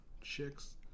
chicks